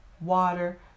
water